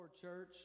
church